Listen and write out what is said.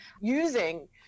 using